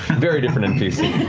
very different npc.